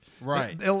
Right